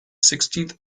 sixteenth